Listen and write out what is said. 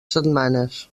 setmanes